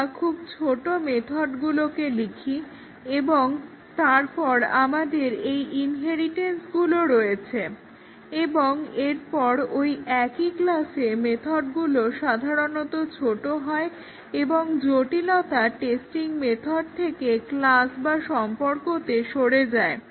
আমরা খুব ছোট মেথদগুলোকে লিখি এবং তারপর আমাদের এই ইনহেরিটেনসগুলো রয়েছে এবং এরপর ওই একই ক্লাসে মেথডগুলো সাধারনত ছোট হয় এবং জটিলতা টেস্টিং মেথড থেকে ক্লাস বা সম্পর্কতে সরে যায়